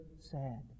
sad